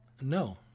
No